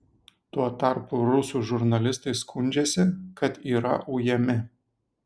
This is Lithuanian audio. tuo tarpu rusų žurnalistai skundžiasi kad yra ujami